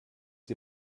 die